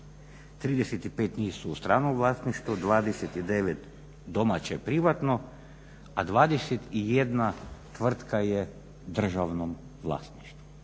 35 njih su u stranom vlasništvu, 29 domaće privatno, a 21 tvrtka je u državnom vlasništvu.